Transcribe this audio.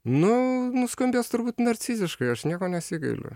nu nuskambės turbūt narciziškai aš nieko nesigailiu